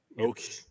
Okay